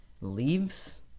leaves